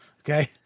Okay